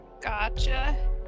Gotcha